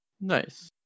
Nice